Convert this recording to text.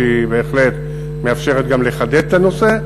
שבהחלט מאפשרת גם לחדד את הנושא,